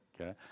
Okay